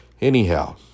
Anyhow